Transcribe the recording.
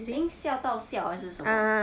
eh 吓到笑还是什么